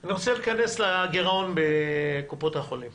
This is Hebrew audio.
אני רוצה להיכנס לגירעון בקופות החולים.